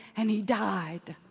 and he died.